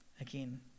again